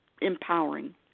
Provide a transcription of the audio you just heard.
empowering